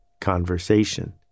conversation